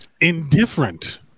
Indifferent